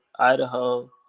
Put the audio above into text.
Idaho